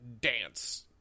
dance